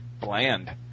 bland